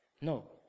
No